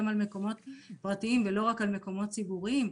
על מקומות פרטיים ולא רק מקומות ציבוריים.